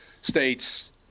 states